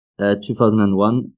2001